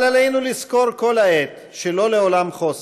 אבל עלינו לזכור כל העת שלא לעולם חוסן.